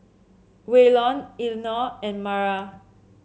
Waylon Elinor and Mara